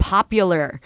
Popular